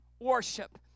worship